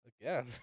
Again